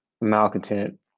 malcontent